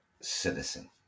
citizen